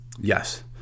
yes